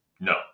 No